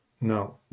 No